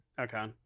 Okay